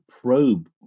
probe